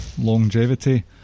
Longevity